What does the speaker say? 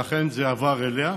ולכן זה עבר אליה.